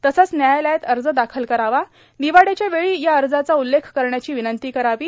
तसेच न्यायालयात अर्ज दाखल करावा निवाड्याच्या वेळी या अर्जाचा उल्लेख करण्याची विनंती करावी